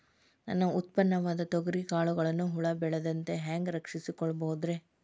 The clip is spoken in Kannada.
ನನ್ನ ಉತ್ಪನ್ನವಾದ ತೊಗರಿಯ ಕಾಳುಗಳನ್ನ ಹುಳ ಬೇಳದಂತೆ ಹ್ಯಾಂಗ ರಕ್ಷಿಸಿಕೊಳ್ಳಬಹುದರೇ?